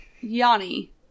yanni